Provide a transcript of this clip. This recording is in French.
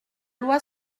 loi